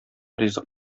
ризык